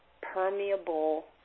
permeable